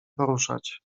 poruszać